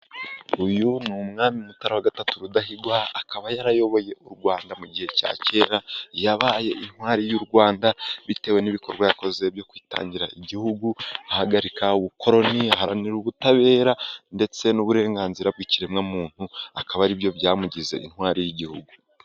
Uyu ni umwami mutara wa gatatu rudahigwa, akaba yarayoboye u Rwanda mu gihe cya kera, yabaye intwari y'u Rwanda bitewe n'ibikorwa yakoze byo kwitangira igihugu, ahagarika ubukoloni, aharanira ubutabera, ndetse n'uburenganzira bw'ikiremwamuntu. Akaba aribyo byamugize intwari y'igihugu.